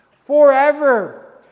Forever